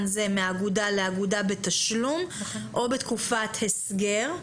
זה מאגודה לאגודה בתשלום או בתקופת הסגר.